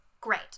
Great